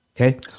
Okay